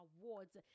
awards